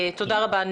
תודה רבה,